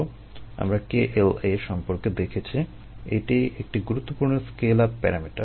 আমরা K L a সম্পর্কে দেখেছি এটা একটি গুরুত্বপূর্ণ স্কেল আপ প্যারামিটার